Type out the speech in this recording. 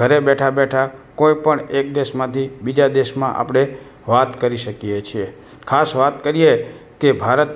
ઘરે બેઠાં બેઠાં કોઇપણ એક દેશમાંથી બીજા દેશમાં આપણે વાત કરી શકીએ છીએ ખાસ વાત કરીએ કે ભારત